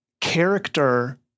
character